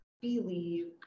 believe